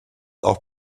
auch